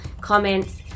comments